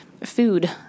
food